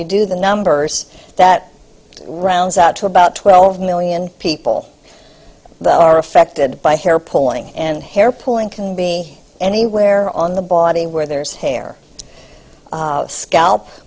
you do the numbers that rounds out to about twelve million people are affected by hair pulling and hair pulling can be anywhere on the body where there's hair scalp